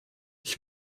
ich